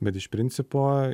bet iš principo